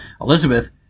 Elizabeth